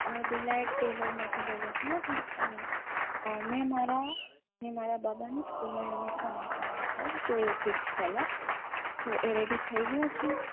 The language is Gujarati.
ડિલાઈટ ટેલરમાંથી બોલો છો ને મેં મારા મેં મારા બાબાનું સ્કૂલનું યુનિફોર્મ આપેલું છે તો વિક્સ પહેલા તો એ રેડી થઈ ગયું છે